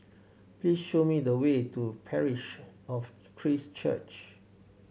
please show me the way to Parish of Christ Church